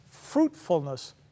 fruitfulness